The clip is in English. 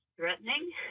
Threatening